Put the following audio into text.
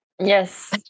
yes